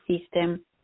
system